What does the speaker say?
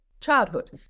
childhood